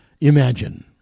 imagine